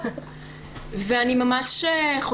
אני יכולה לפתוח להם קבוצת וואטסאפ.